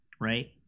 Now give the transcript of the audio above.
right